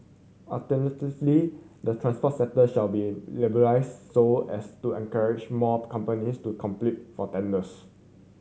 alternatively the transport sector shall be liberalised so as to encourage more companies to compete for tenders